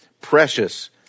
precious